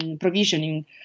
provisioning